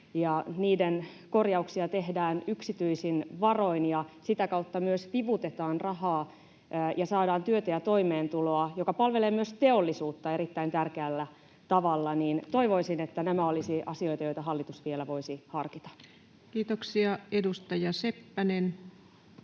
niiden korjauksia tehdään yksityisin varoin, ja sitä kautta myös vivutetaan rahaa ja saadaan työtä ja toimeentuloa, joka palvelee myös teollisuutta erittäin tärkeällä tavalla. Toivoisin, että nämä olisivat asioita, joita hallitus vielä voisi harkita. Kiitoksia. — Edustaja Seppänen.